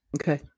Okay